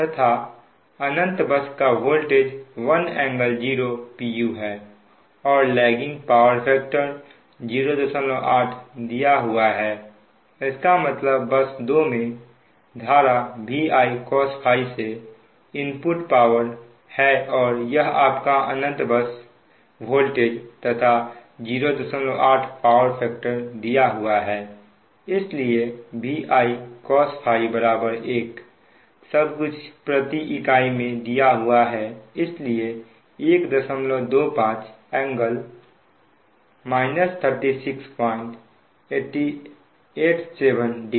तथा अनंत बस का वोल्टेज 1∟0 pu है और लैगिंग पावर फैक्टर 08 दिया हुआ है इसका मतलब बस 2 मे धारा V I cos से इनपुट पावर है और यह आपका अनंत बस वोल्टेज तथा 08 पावर फैक्टर दिया हुआ है इसलिए V I cos 1 सब कुछ प्रति इकाई में दिया हुआ है इसलिए 125 ∟ 36870